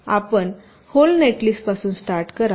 तर आपण व्होल नेटलिस्टपासून स्टार्ट करा